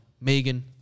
megan